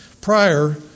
prior